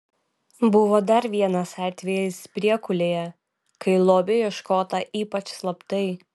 buvo dar vienas atvejis priekulėje kai lobio ieškota ypač slaptai